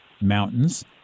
mountains